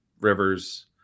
rivers